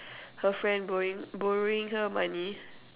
her friend borrowing borrowing her money